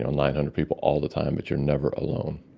yeah nine hundred people all the time but you're never alone.